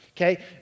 Okay